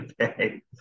Okay